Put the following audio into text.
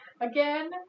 Again